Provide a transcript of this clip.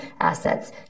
assets